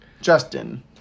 Justin